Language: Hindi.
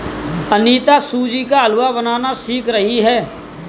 अनीता सूजी का हलवा बनाना सीख रही है